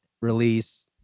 release